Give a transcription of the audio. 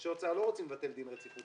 אנשי האוצר לא רוצים לבטל דין רציפות.